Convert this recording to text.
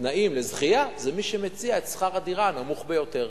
מהתנאים למכרז זה מי שמציע את שכר הדירה הנמוך ביותר.